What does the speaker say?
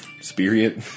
spirit